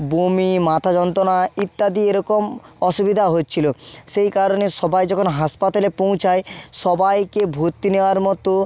বমি মাথা যন্ত্রণা ইত্যাদি এরকম অসুবিধা হচ্ছিল সেই কারণে সবাই যখন হাসপাতালে পৌঁছায় সবাইকে ভর্তি নেওয়ার মতো